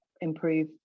improve